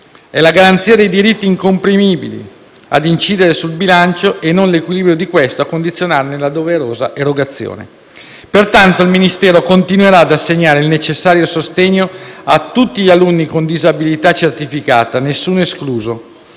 è la garanzia dei diritti incomprimibili ad incidere sul bilancio, e non l'equilibrio di questo a condizionarne la doverosa erogazione. Pertanto, il Ministero continuerà ad assegnare il necessario sostegno a tutti gli alunni con disabilità certificata, nessuno escluso;